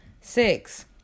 Six